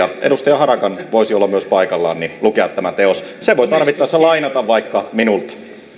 edustaja harakan voisi olla myös paikallaan lukea tämä teos sen voi tarvittaessa lainata vaikka minulta arvoisa